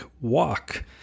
walk